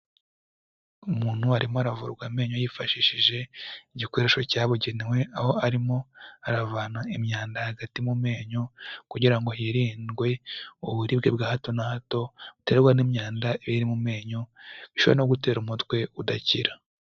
Umuntu arimo aravurwa amenyo yifashishije igikoresho cyabugenewe, aho arimo aravana imyanda hagati mu menyo kugira ngo hirindwe uburibwe bwa hato na hato buterwa n'imyanda iri mu menyo, bishobora no gutera umutwe udakira.